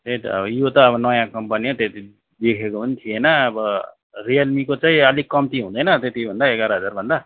त्यही त अब यो त अब नयाँ कम्पनी हो त्यति देखेको पनि थिएन अब रियलमीको चाहिँ अलिक कम्ती हुँदैन त्यति भन्दा एघार हजारभन्दा